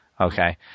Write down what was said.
Okay